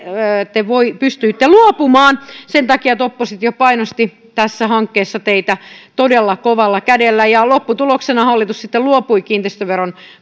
te pystyitte luopumaan sen takia että oppositio painosti tässä hankkeessa teitä todella kovalla kädellä ja lopputuloksena hallitus sitten luopui kiinteistöveron